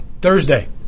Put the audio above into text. Thursday